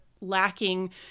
lacking